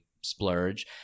splurge